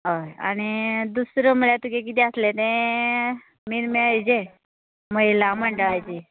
हय आनी दुसरो म्हणल्यार तुगे किदे आसलें तें मेन म्हणल्यार हेजे महिला मंडळाची